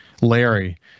Larry